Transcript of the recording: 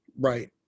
right